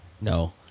No